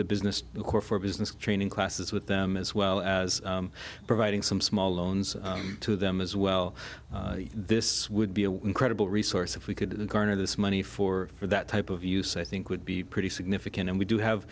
the business for business training classes with them as well as providing some small loans to them as well this would be a incredible resource if we could garner this money for that type of use i think would be pretty significant and we do